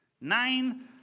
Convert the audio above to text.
Nine